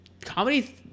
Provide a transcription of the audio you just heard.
comedy